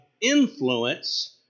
influence